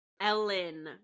Ellen